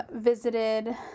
visited